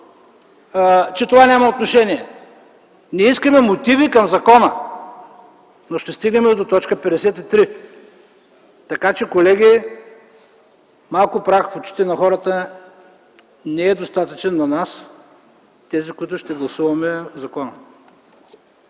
че това няма отношение. Ние искаме мотиви към закона, но ще стигнем и до т. 53, така че, колеги, малкото прах в очите на хората не е достатъчен за нас – тези, които ще гласуваме закона.